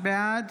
בעד